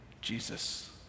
Jesus